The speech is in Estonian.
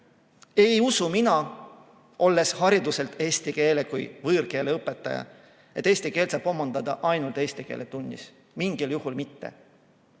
ei usu mina, olles hariduselt eesti keele kui võõrkeele õpetaja, et eesti keelt saab omandada ainult eesti keele tunnis. Mingil juhul mitte!